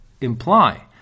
imply